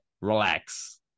Relax